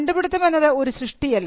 കണ്ടു പിടുത്തം എന്നത് ഒരു സൃഷ്ടിയല്ല